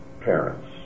parents